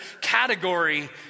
category